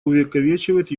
увековечивает